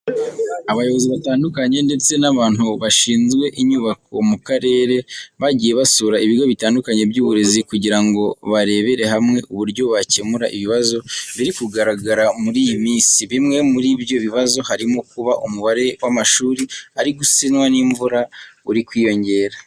Abayobozi batandukanye ndetse n'abantu bashinzwe inyubako mu karere, bagiye basura ibigo bitandukanye by'uburezi, kugira ngo barebere hamwe uburyo bakemura ibibazo biri kugaragara muri iyi minsi. Bimwe muri ibyo bibazo harimo kuba umubare w'amashuri ari gusenywa n'imvura uri kwiyongera.